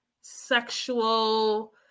sexual